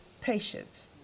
patience